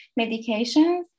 medications